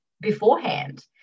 beforehand